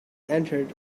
entered